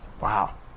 Wow